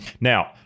Now